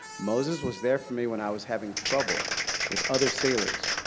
moses was there for me when i was having trouble with other sailors.